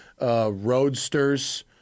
roadsters